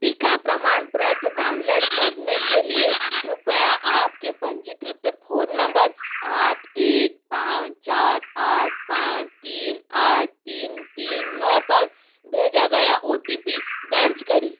टीका प्रमाणपत्र डाउनलड करने के लिए कृपया आपके पंजीकृत फ़ोन नंबर आठ एक पाँच चार आठ पाँच तीन आठ तीन तीन नौ पर भेजा गया ओ टी पी दर्ज करें